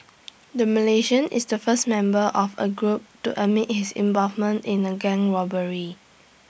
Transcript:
the Malaysian is the first member of A group to admit his involvement in A gang robbery